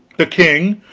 the king,